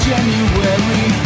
January